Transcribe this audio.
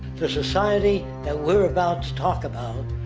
the society, that we're about to talk about,